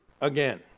again